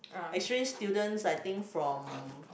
exchange students I think from